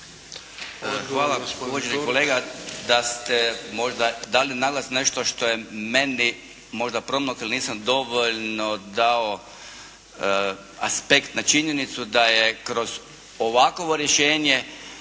Također je kolega, da se možda, da li nalazi nešto što je meni možda promaklo, nisam dovoljno dao aspekt na činjenicu da je kroz ovakovo rješenje